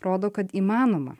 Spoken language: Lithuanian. rodo kad įmanoma